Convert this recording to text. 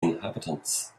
inhabitants